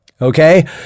okay